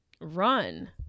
run